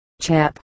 Chap